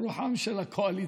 רוחה של הקואליציה.